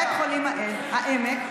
בית חולים העמק ובנהריה.